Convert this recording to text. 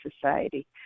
society